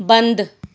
ਬੰਦ